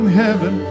heaven